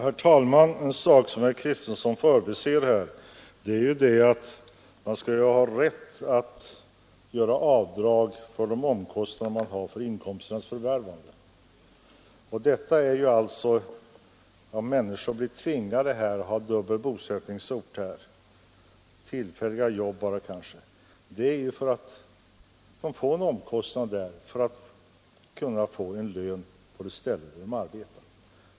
Herr talman! En sak som herr Kristenson förbiser är att man skall ha rätt att göra avdrag för de omkostnader man har för inkomsternas förvärvande. När människor blir tvingade att ha dubbel bosättningsort vid kanske tillfälliga jobb har de omkostnader för att få en lön på den plats där de arbetar.